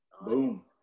Boom